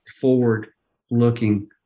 forward-looking